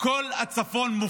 כל הצפון מופקר.